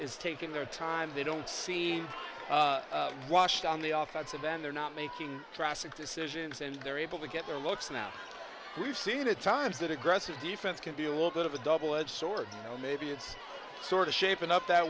is taking their time they don't see washed on the off chance of then they're not making traffic decisions and they're able to get their looks now we've seen at times that aggressive defense can be a little bit of a double edged sword so maybe it's sort of shaping up that